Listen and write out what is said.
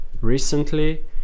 recently